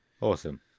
Awesome